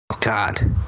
god